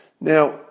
Now